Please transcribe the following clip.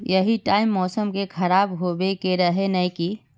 यही टाइम मौसम के खराब होबे के रहे नय की?